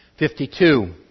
52